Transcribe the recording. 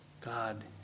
God